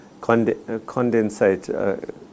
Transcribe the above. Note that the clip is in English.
condensate